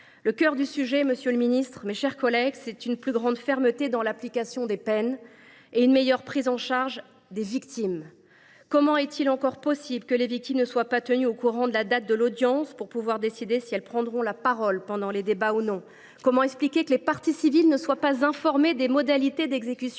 de notre réponse, monsieur le garde des sceaux, mes chers collègues, ce doit être une plus grande fermeté dans l’application des peines et une meilleure prise en charge des victimes. Comment est il encore possible que les victimes ne soient pas tenues au courant de la date de l’audience, ce qui leur permettrait de décider si elles prendront la parole pendant les débats ? Comment expliquer que les parties civiles ne sont pas informées des modalités d’exécution